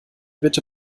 bitte